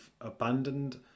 abandoned